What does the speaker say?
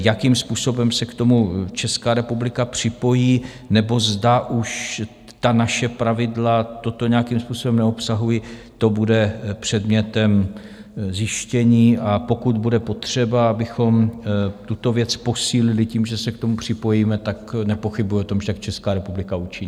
Jakým způsobem se k tomu Česká republika připojí, nebo zda už ta naše pravidla toto nějakým způsobem neobsahují, to bude předmětem zjištění, a pokud bude potřeba, abychom tuto věc posílili tím, že se k tomu připojíme, nepochybuji o tom, že tak Česká republika učiní.